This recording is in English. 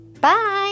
Bye